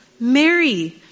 Mary